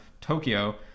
tokyo